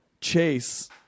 chase